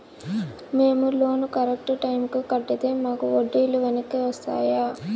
మేము loan correct టైముకి కట్టితే మాకు వడ్డీ లు వెనక్కి వస్తాయా?